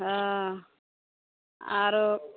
हँ आरो